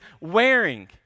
wearing